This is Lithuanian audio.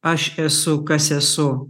aš esu kas esu